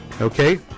Okay